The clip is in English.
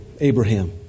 Abraham